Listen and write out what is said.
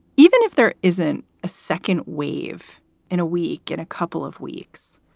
even if there isn't a second wave in a week and a couple of weeks.